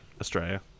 Australia